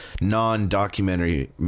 non-documentary